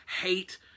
hate